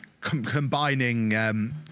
combining